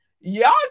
y'all